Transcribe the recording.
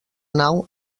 nau